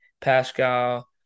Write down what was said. Pascal